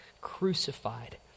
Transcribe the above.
crucified